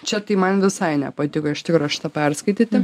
čia tai man visai nepatiko iš tikro šitą perskaityti